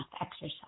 exercise